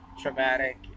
traumatic